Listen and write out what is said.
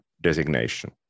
designation